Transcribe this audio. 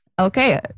Okay